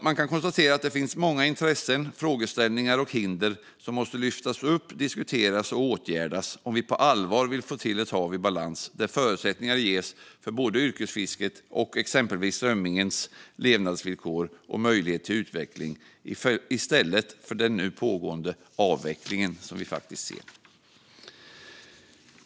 Man kan konstatera att det finns många intressen, frågeställningar och hinder som måste lyftas upp, diskuteras och åtgärdas om vi på allvar vill få till ett hav i balans där förutsättningar ges för både yrkesfisket och exempelvis strömmingens levnadsvillkor och möjlighet till utveckling i stället för den nu pågående avvecklingen som vi ser.